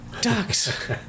ducks